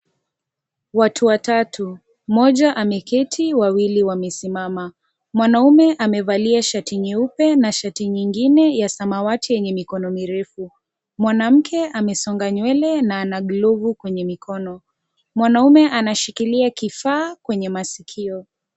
Watu watatu, mmoja ameketi wawili wamesimama, mwanaume amevalia shati nyeupe na shati nyingine ya samawati yenye mikono mirefu, mwanamke amesonga nywele na ana glovu kwenye mikono, mwanaume anashikilia kifaa kwenye masikio.